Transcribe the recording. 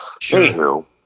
Anywho